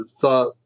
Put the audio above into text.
thought